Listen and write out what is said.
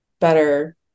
better